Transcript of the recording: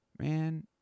Man